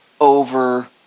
over